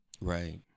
Right